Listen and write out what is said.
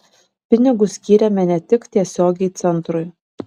pinigus skyrėme ne tik tiesiogiai centrui